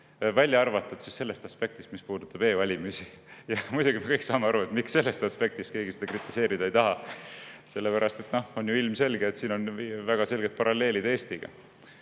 välja arvatud sellest aspektist, mis puudutab e-valimisi. Muidugi me kõik saame aru, miks sellest aspektist keegi seda kritiseerida ei taha – sellepärast et on ju ilmselge, et siin on väga selged paralleelid Eestiga.